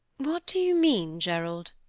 what do you mean, gerald?